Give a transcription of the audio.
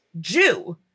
Jew